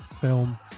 film